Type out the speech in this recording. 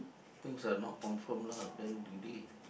things are not confirm lah then do they